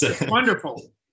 Wonderful